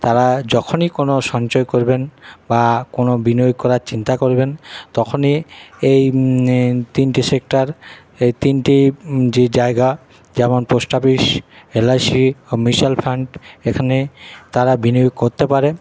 তারা যখনই কোনো সঞ্চয় করবেন বা কোনো বিনোয়োগ করার চিন্তা করবেন তখনই এই তিনটে সেক্টর এই তিনটি যে জায়গা যেমন পোস্ট অফিস এলআইসি ও মিউচাল ফান্ড এখানে তারা বিনিয়োগ করতে পারে